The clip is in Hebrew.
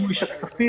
שהוא איש הכספים.